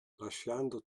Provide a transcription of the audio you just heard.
lasciando